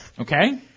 Okay